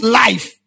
life